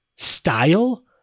style